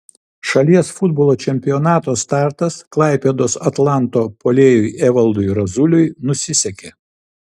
šalies futbolo čempionato startas klaipėdos atlanto puolėjui evaldui razuliui nusisekė